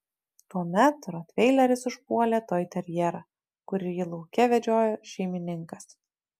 tuomet rotveileris užpuolė toiterjerą kurį lauke vedžiojo šeimininkas